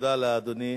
תודה לאדוני.